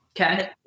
Okay